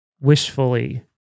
wishfully